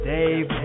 Dave